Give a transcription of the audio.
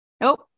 Nope